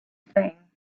thing